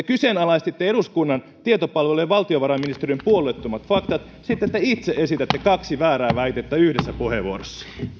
kyseenalaistitte eduskunnan tietopalvelun ja valtiovarainministeriön puolueettomat faktat sitten te itse esitätte kaksi väärää väitettä yhdessä puheenvuorossa